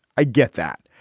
i get that.